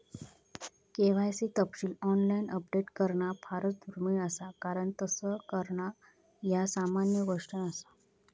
KYC तपशील online update करणा फारच दुर्मिळ असा कारण तस करणा ह्या सामान्य गोष्ट नसा